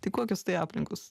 tai kokios tai aplinkos